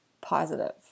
positive